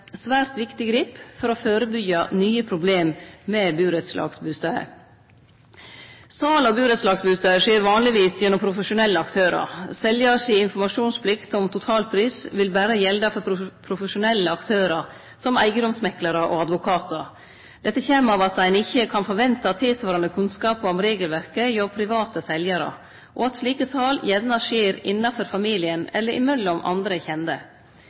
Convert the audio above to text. svært viktig grep for å førebyggje nye problem med burettslagsbustader. Sal av burettslagsbustader skjer vanlegvis gjennom profesjonelle aktørar. Seljar si informasjonsplikt om totalpris vil berre gjelde for profesjonelle aktørar, som eigedomsmeklarar og advokatar. Dette kjem av at ein ikkje kan forvente tilsvarande kunnskap om regelverket hos private seljarar, og at slike sal gjerne skjer innanfor familien eller mellom andre kjende.